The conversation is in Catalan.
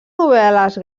novel·les